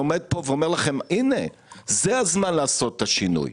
זה הזמן לעשות את השינוי,